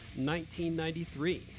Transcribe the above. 1993